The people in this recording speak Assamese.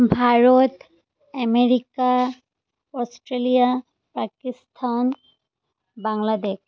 Bharat America Australia Pakistan Bangladesh